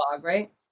right